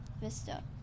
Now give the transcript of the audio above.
Vista